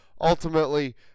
Ultimately